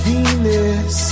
Venus